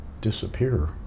disappear